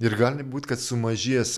ir gali būt kad sumažės